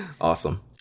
Awesome